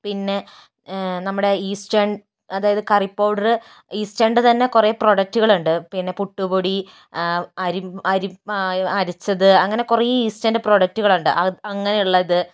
പിന്നെ നമ്മുടെ ഈസ്റ്റേൺ അതായത് കറി പൗഡർ ഈസ്റ്റേർണിൻ്റെ തന്നെ കുറെ പ്രൊഡക്ടുകളുണ്ട് പിന്നെ പുട്ട് പൊടി അരി അരി മാവ് അരിച്ചത് അങ്ങനെ കുറെ ഈസ്റ്റേണിൻ്റെ പ്രോഡക്ട് ഉണ്ട് അങ്ങനെ ഉള്ളത്